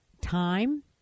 time